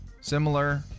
Similar